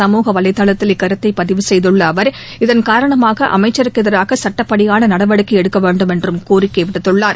சமூக வலைதளத்தில் இக்கருத்தை பதிவு செய்துள்ள அவர் இதன்காரணமாக அமைச்சருக்கு எதிராக சட்டப்படியான நடவடிக்கை எடுக்க வேண்டும் என்றும் கோரிக்கை விடுத்துள்ளார்